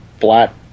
flat